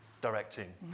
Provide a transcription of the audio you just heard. directing